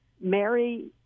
mary